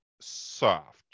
soft